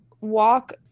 walk